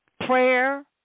Prayer